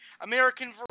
American